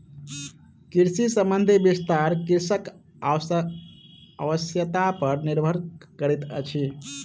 कृषि संबंधी विस्तार कृषकक आवश्यता पर निर्भर करैतअछि